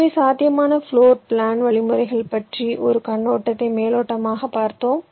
எனவே சாத்தியமான floor plan வழிமுறைகள் பற்றிய ஒரு கண்ணோட்டத்தை மேலோட்டமாக பார்த்தோம்